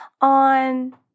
on